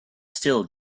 still